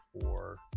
for-